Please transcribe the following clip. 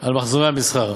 על מחזורי המסחר.